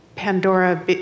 Pandora